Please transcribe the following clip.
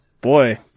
Boy